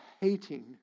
hating